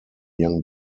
young